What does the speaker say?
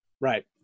Right